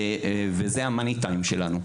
וזה המאני טיים שלנו.